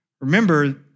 Remember